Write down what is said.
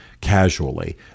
casually